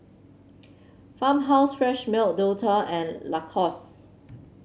Farmhouse Fresh Milk Dualtron and Lacoste